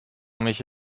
mich